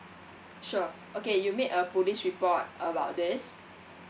sure okay you made a police report about this